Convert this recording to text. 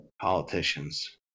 politicians